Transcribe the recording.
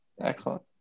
Excellent